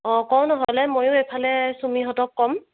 অঁ ক নহ'লে ময়ো এইফালে চুমিহঁতক ক'ম